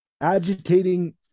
agitating